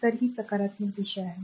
तर ही सकारात्मक दिशा आहे